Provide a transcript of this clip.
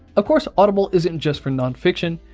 of course audible isn't just for non-fiction,